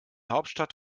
hauptstadt